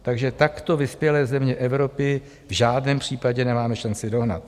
Takže takto vyspělé země Evropy v žádném případě nemáme šanci dohnat.